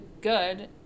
good